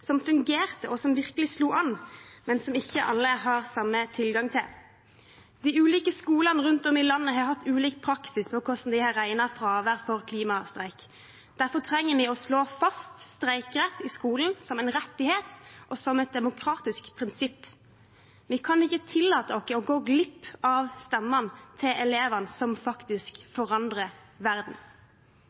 som fungerte, og som virkelig slo an, men som ikke alle har samme tilgang til. De ulike skolene rundt om i landet har hatt ulik praksis med hvordan de har regnet fravær for klimastreik. Derfor trenger vi å slå fast streikerett i skolen som en rettighet og som et demokratisk prinsipp. Vi kan ikke tillate oss å gå glipp av stemmene til elevene som faktisk forandrer verden.